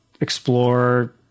explore